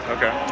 Okay